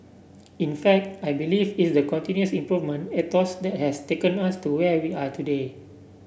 in fact I believe it's the continuous improvement ethos that has taken us to where we are today